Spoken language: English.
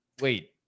wait